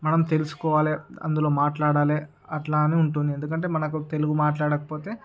మనం తెలుసుకోవాలి అందులో మాట్లాడాలి అట్లను ఉంటుంది ఎందుకంటే మనకు మనకు తెలుగు మాట్లాడకపోతే